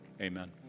Amen